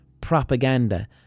propaganda